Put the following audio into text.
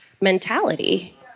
mentality